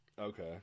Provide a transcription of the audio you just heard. Okay